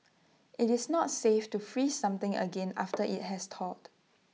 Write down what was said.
IT is not safe to freeze something again after IT has thawed